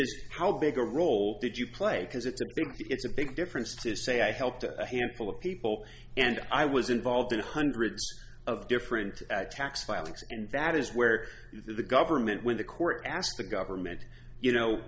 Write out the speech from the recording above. is how big a role did you play because it's a big it's a big difference to say i helped a handful of people and i was involved in hundreds of different tax filings and that is where the government when the court asked the guy or meant you know